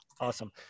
Awesome